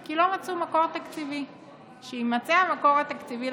כי לא מצאו מקור תקציבי.